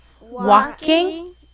walking